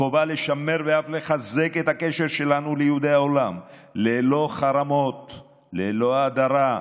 חובה לשמר ואף לחזק את הקשר שלנו ליהודי העולם ללא חרמות וללא הדרה,